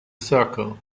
circle